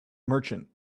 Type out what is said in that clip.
merchant